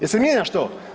Jel' se mijenja što?